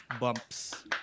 bumps